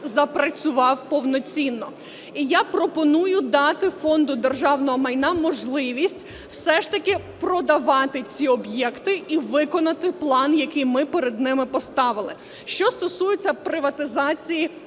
запрацював повноцінно. І я пропоную дати Фонду державного майна можливість все ж таки продавати ці об'єкти, і виконати план, який ми перед ними поставили. Що стосується приватизації